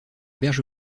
berge